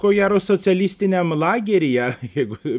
kojaro socialistiniam lageryje jeigu